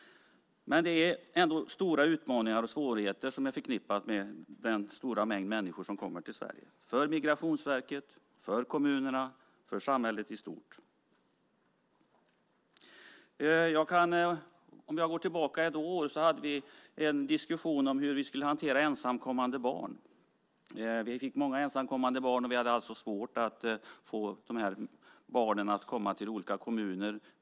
Det är ändå stora utmaningar och svårigheter förknippade med den stora mängd människor som kommer till Sverige för Migrationsverket, för kommunerna och för samhället i stort. Låt mig gå tillbaka ett år i tiden. Då hade vi en diskussion om hur vi skulle hantera ensamkommande barn. Vi fick många ensamkommande barn, och vi hade svårt att få dem att få komma till olika kommuner.